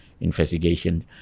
investigation